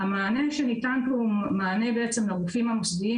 המענה שניתן פה הוא מענה לגופים המוסדיים